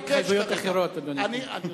רבותי, אני מבקש,